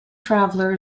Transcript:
traveller